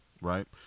right